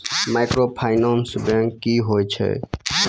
Microfinance bank की होय छै?